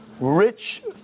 rich